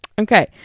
Okay